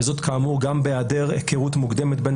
וזאת כאמור גם בהעדר היכרות מוקדמת בין